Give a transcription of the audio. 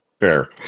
Fair